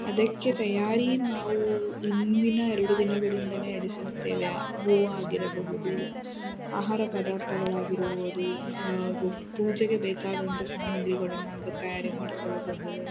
ಅದಕ್ಕೆ ತಯಾರಿ ನಾವು ಹಿಂದಿನ ಎರಡು ದಿನಗಳಿಂದನೇ ನಡೆಸುತ್ತೇವೆ ಹೂವು ಆಗಿರಬಹುದು ಆಹಾರ ಪದಾರ್ಥಗಳಾಗಿರಬಹುದು ಹಾಗೂ ಪೂಜೆಗೆ ಬೇಕಾದಂಥ ಸಾಮಗ್ರಿಗಳನ್ನು ಅದಕ್ಕೆ ತಯಾರಿ ಮಾಡ್ಕೊಳ್ಬಹುದು